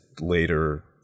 later